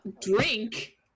Drink